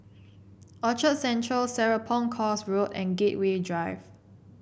Orchard Central Serapong Course Road and Gateway Drive